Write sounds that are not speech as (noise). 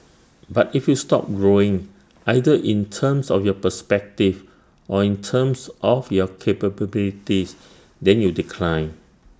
but if you stop growing either in terms of your perspective or in terms of your (unintelligible) then you decline